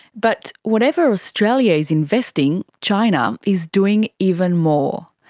but whatever australia is investing, china is doing even more.